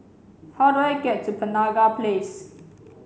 how do I get to Penaga Place